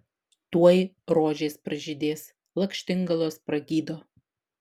tuoj rožės pražydės lakštingalos pragydo